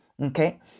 Okay